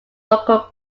local